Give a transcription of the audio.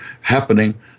happening